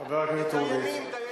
חבר הכנסת הורוביץ.